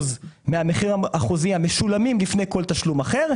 מהמחיר החוזי המשולמים לפני כל תשלום אחר,